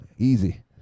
Easy